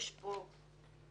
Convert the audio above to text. יש פה רוב